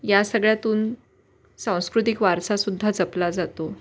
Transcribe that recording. या सगळ्यातून सांस्कृतिक वारसासुद्धा जपला जातो